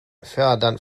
fördern